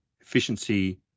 efficiency